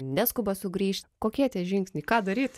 neskuba sugrįšt kokie tie žingsniai ką daryt